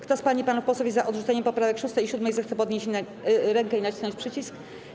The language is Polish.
Kto z pań i panów posłów jest za odrzuceniem poprawek 6. i 7., zechce podnieść rękę i nacisnąć przycisk.